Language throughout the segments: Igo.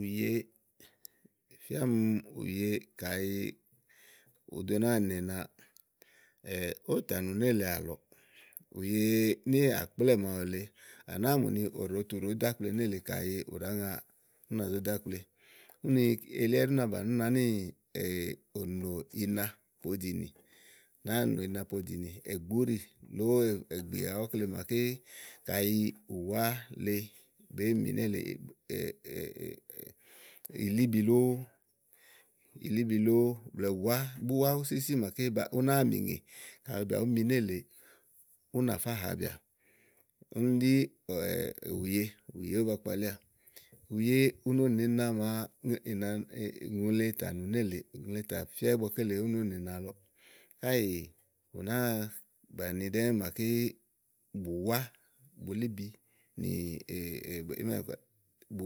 ùye, ìfia ɔmi ùye kayi ùú do náa nò ina, ówò tà nù nélèe àlɔɔ ùye náàkplɛ́ɛ màawu èle à náá mù ni òɖotu ɖòó do akple nélèe kayi ù ɖàá ŋa ú nà zó do ákple úni elí ɛɖí ú na bàni ú nàá nì è ònò ina po ɖìnì ù nàáa nò ina po ɖínì ègbíùɖì lóó ègbíà ɔkle màaké kayi ùwá le ɖèé mi nélèe ílíbí lóó blɛ̀ɛ ùwá búá wúsíwúsí màa búá ú náa mì ŋè, kayi bìà bùú mi nélèè, ú ná fá hàabìà úni ɖí ùye, ùye ówó ba kpalíà ùye ù no nò ina màa màa ùŋle tà nù nélèe, ùŋle tà fía ígbɔ ú no nò ina lɔɔ káèè ù nàáa bàni ɖɛ́ɛ́ màaké bùwá, bulíbi nì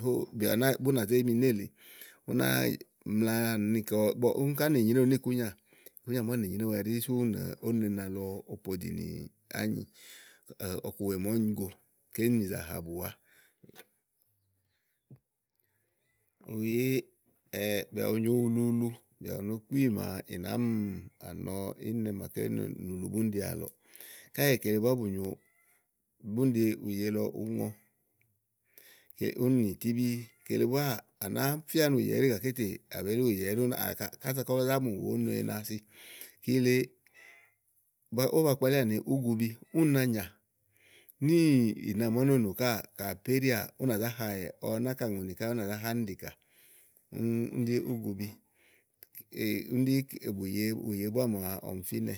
bú bú nà zé mi nélèe ú ná ú mla mi ni kɔ ígbɔ úni ká nìkúnyà. Ikúnyà màa ú nèe nyréwu ɛɖí sú ú nòó ni ina lɔ opodìnì ányi ɔku wèe màa úni go ké ni zàa ha bùwá bùye bìà bù nyo ulu ulu bìà bù nyo kpí màa ì nàáá mi nɔ̀ɔ íìnnɛ màaké nùlu búni ɖi àlɔɔ, káèè kele búá bù nyo, búniɖi ùye lɔ ùú ŋɔ úni nyì tíɖí kele búáà, à nàáá fia ni ùye ɛɖí gàké tè àbelí ùye ɛɖí étè àbelí ùye ɛɖí únáa kása kɔ zá mù wòó no ina si kile ówó ba kpalíà ni úgubu úni na nyà níìbà màa ú no nò ka àpéɖià ú nà zá màtàliwɛ ɔwɛ náka ùŋonì ká ú ǹ zá ha ánìɖì kà úni ɖí úgubi úni ɖí ùye búá màa ɔmi fínɛ.